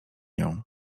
nią